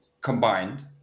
combined